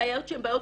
זה בעיות שהן בעיות